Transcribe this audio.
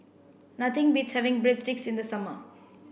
nothing beats having Breadsticks in the summer